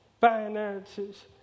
finances